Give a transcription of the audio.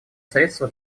средства